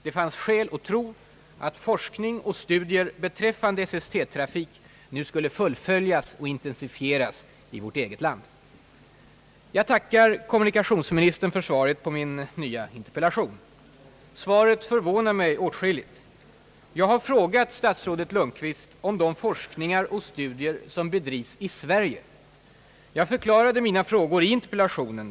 Det fanns skäl att tro att forskning och studier beträffande SST trafik nu skulle fullföljas och intensifieras i vårt land. Jag tackar kommunikationsministern för svaret på min nya interpellation. Svaret förvånar mig åtskilligt. Jag har frågat statsrådet Lundkvist om de forskningar och studier som bedrivs i Sverige. Jag förklarade mina frågor i interpellationen.